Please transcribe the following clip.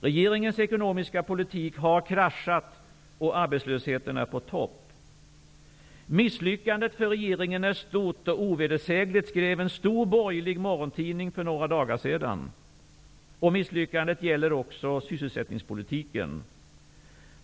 Regeringens ekonomiska politik har kraschat, och arbetslösheten är på topp. Misslyckandet för regeringen är stort och ovedersägligt, skrev en stor borgerlig morgontidning för några dagar sedan. Misslyckandet gäller också sysselsättningspolitiken.